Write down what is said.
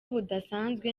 busanzwe